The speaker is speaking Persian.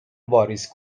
واریز